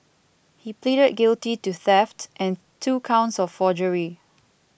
he pleaded guilty to theft and two counts of forgery